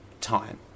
time